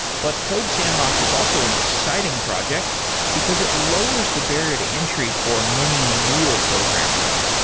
but codesandbox is also an exciting project because it lowers the barrier to entry for many newer programmers.